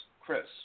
Chris